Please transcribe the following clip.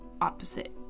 opposite